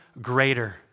greater